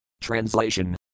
TRANSLATION